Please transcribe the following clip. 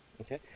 Okay